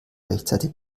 rechtzeitig